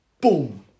boom